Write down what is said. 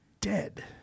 dead